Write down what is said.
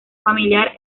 familiar